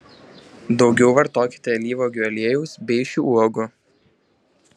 daugiau vartokite alyvuogių aliejaus bei šių uogų